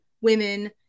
women